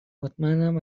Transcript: مطمئنم